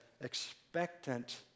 expectant